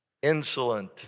insolent